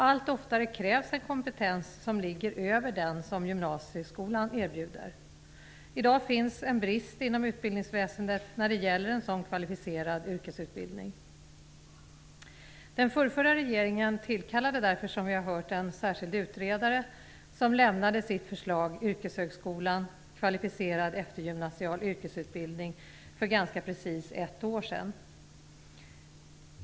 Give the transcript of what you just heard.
Allt oftare krävs en kompetens som ligger över den som gymnasieskolan erbjuder. I dag finns en brist inom utbildningsväsendet när det gäller en sådan kvalificerad yrkesutbildning. Den förförra regeringen tillkallade därför, som vi har hört, en särskild utredare som lämnade sitt förslag Yrkeshögskolan - kvalificerad eftergymnasial yrkesutbildning för ganska precis ett år sedan.